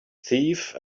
thief